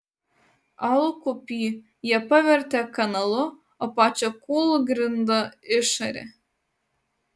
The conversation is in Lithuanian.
alkupį jie pavertė kanalu o pačią kūlgrindą išarė